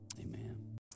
amen